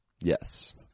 Yes